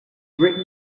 written